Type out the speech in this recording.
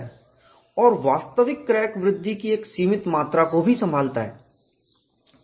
और वास्तविक क्रैक वृद्धि की एक सीमित मात्रा को भी संभालता है